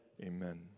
amen